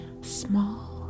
small